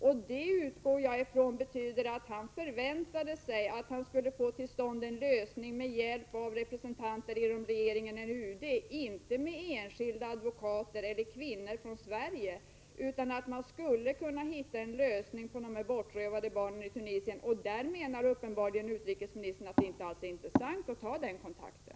Jag utgår från att detta betyder att han förväntade sig att han skulle få till stånd en lösning med hjälp av representanter från regeringen eller UD, inte med hjälp av enskilda advokater eller kvinnor från Sverige. Man skulle kunna hitta en lösning när det gäller de bortrövade barnen som finns i Tunisien. Utrikesministern menar uppenbarligen att det inte alls är intressant att ta den kontakten.